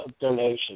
donation